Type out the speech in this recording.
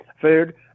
food